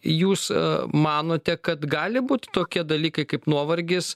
jūs manote kad gali būt tokie dalykai kaip nuovargis